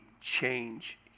change